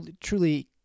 truly